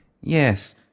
Yes